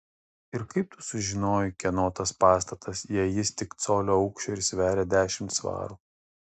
ir kaip tu sužinojai kieno tas pastatas jei jis tik colio aukščio ir sveria dešimt svarų